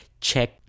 check